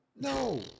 No